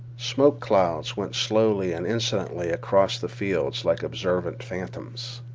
smoke clouds went slowly and insolently across the fields like observant phantoms.